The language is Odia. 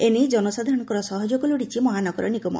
ଏ ନେଇ ଜନସାଧାରଣଙ୍କ ସହଯୋଗ ଲୋଡିଛି ମହାନଗର ନିଗମ